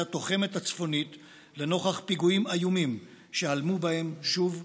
התוחמת הצפונית לנוכח פיגועים איומים שהלמו בהם שוב ושוב.